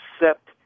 accept